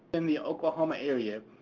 and the oklahoma area.